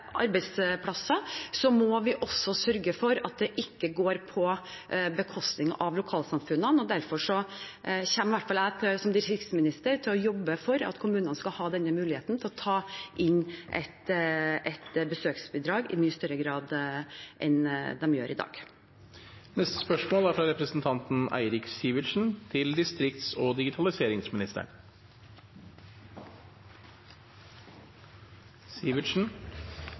må vi også sørge for at det ikke går på bekostning av lokalsamfunnene. Derfor kommer i hvert fall jeg som distriktsminister til å jobbe for at kommunene skal ha denne muligheten til å ta inn et besøksbidrag i mye større grad enn de gjør i dag. «Høyreregjeringen har siden den tiltrådte systematisk bygget ned de regional- og